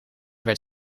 werd